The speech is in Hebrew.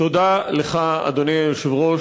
תודה לך, אדוני היושב-ראש.